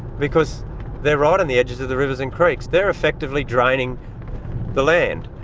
because they're right on the edges of the rivers and creeks, they're effectively draining the land.